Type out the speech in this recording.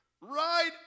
right